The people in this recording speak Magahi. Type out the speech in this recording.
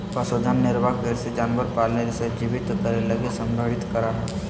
पशुधन निर्वाह कृषि जानवर पाले से जीवित करे लगी संदर्भित करा हइ